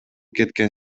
кеткен